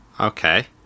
okay